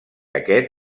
aquest